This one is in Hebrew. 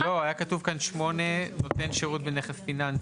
לא, היה כתוב כאן "(8) נותן שירות בנכס פיננסי,".